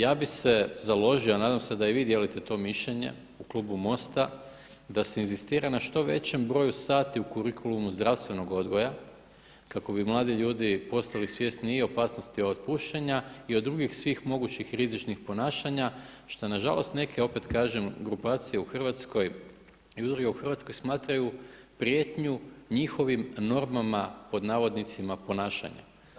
Ja bih se založio, a nadam se da i vi dijelite to mišljenje u klubu MOST-a, da se inzistira na što većem broju sati u kurikulumu zdravstvenog odgoja kako bi mladi ljudi postali svjesni i opasnosti od pušenja i o drugih svih mogućih rizičnih ponašanja šta nažalost neke opet kažem grupacije u Hrvatskoj i udruge u Hrvatskoj smatraju prijetnju njihovim „normama ponašanja“